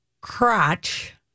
crotch